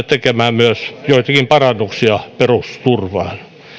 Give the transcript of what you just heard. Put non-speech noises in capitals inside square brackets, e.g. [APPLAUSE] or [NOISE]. [UNINTELLIGIBLE] tekemään myös joitain parannuksia perusturvaan